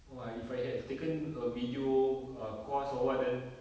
oh I if had taken a video err course or what then